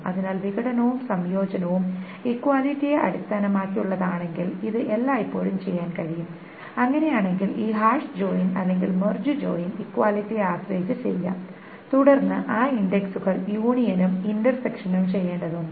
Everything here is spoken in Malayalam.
അതിനാൽ വിഘടനവും സംയോജനവും ഇക്വാലിറ്റിയെ അടിസ്ഥാനമാക്കിയുള്ളതാണെങ്കിൽ ഇത് എല്ലായ്പ്പോഴും ചെയ്യാൻ കഴിയും അങ്ങനെയാണെങ്കിൽ ഈ ഹാഷ് ജോയിൻ അല്ലെങ്കിൽ മെർജ് ജോയിൻ ഇക്വാലിറ്റിയെ ആശ്രയിച്ച് ചെയ്യാം തുടർന്ന് ആ ഇൻഡെക്സുകൾ യൂണിയനും ഇന്റർസെക്ഷനും ചെയ്യേണ്ടതുണ്ട്